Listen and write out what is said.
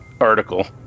article